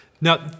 Now